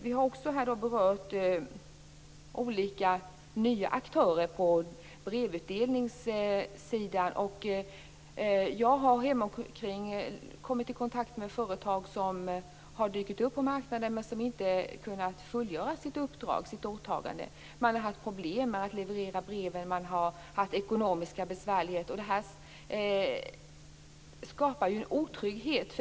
Vi har här berört olika nya aktörer på brevutdelningssidan. Jag har hemomkring kommit i kontakt med företag som har dykt upp på marknaden men som inte har kunnat fullgöra sitt åtagande. Man har haft problem med att leverera breven, och man har haft ekonomiska besvärligheter. Det här skapar otrygghet.